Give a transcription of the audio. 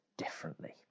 differently